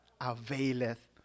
Availeth